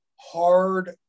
hard